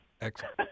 Excellent